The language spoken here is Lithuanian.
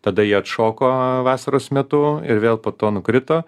tada jie atšoko vasaros metu ir vėl po to nukrito